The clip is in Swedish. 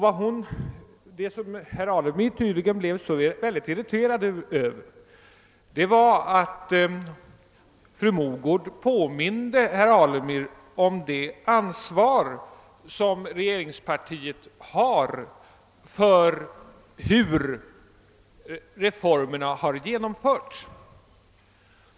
Anledningen tycks ha varit att hon påminde herr Alemyr om det ansvar som regeringspartiet har för hur reformerna har genomförts.